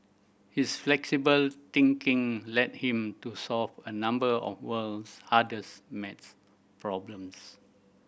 his flexible thinking led him to solve a number of world's hardest maths problems